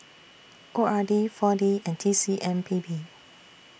O R D four D and T C M P B